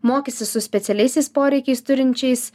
mokysis su specialiaisiais poreikiais turinčiais